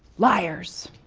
liars!